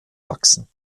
wachsen